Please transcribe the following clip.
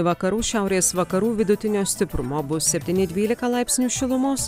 vakarų šiaurės vakarų vidutinio stiprumo bus septyni dvylika laipsnių šilumos